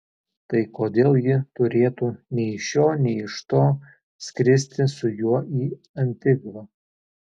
tai kodėl ji turėtų nei iš šio nei iš to skristi su juo į antigvą